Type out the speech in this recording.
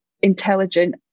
intelligent